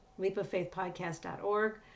leapoffaithpodcast.org